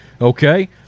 Okay